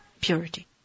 purity